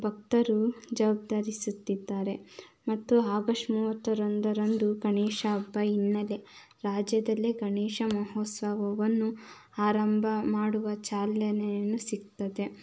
ಭಕ್ತರು ಜವಾಬ್ದಾರಿಸುತ್ತಿದ್ದಾರೆ ಮತ್ತು ಆಗಸ್ಟ್ ಮೂವತ್ತೊಂದರಂದು ಗಣೇಶ ಹಬ್ಬದ ಹಿನ್ನೆಲೆ ರಾಜ್ಯದಲ್ಲೇ ಗಣೇಶ ಮಹೋತ್ಸವವನ್ನು ಆರಂಭ ಮಾಡುವ ಚಾಲನೆಯನ್ನು ಸಿಗ್ತದೆ